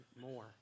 more